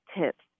tips